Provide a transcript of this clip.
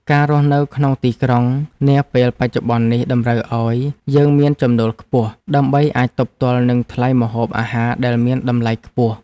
ការរស់នៅក្នុងទីក្រុងនាពេលបច្ចុប្បន្ននេះតម្រូវឱ្យយើងមានចំណូលខ្ពស់ ដើម្បីអាចទប់ទល់នឹងថ្លៃម្ហូបអាហារដែលមានតម្លៃខ្ពស់។